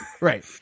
Right